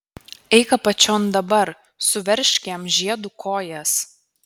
eik apačion dabar suveržk jam žiedu kojas